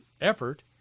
effort